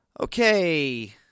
Okay